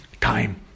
time